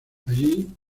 allí